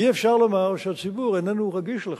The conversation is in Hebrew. אי-אפשר לומר שהציבור איננו רגיש לכך.